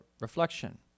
reflection